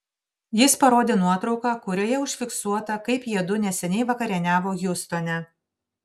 jis parodė nuotrauką kurioje užfiksuota kaip jiedu neseniai vakarieniavo hjustone